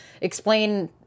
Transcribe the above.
explain